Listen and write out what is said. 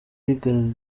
rigari